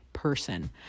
person